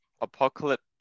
apocalypse